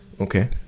okay